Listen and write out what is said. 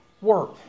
work